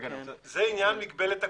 זה עניין מגבלת הגודל.